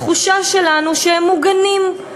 התחושה שלנו שהם מוגנים,